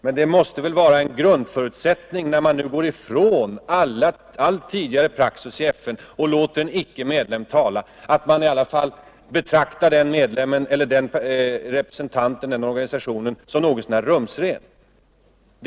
Men det måste väl vara en grundförutsättning, när man går ifrån all tidigare praxis i FN och låter en icke-medlem tala, att man betraktar den organisationen och dess representanter som något så när rumsrena.